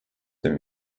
him